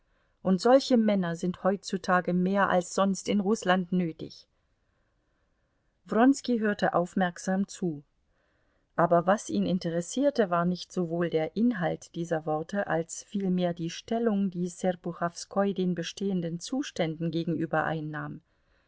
und solche männer sind heutzutage mehr als sonst in rußland nötig wronski hörte aufmerksam zu aber was ihn interessierte war nicht sowohl der inhalt dieser worte als vielmehr die stellung die serpuchowskoi den bestehenden zuständen gegenüber einnahm